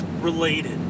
related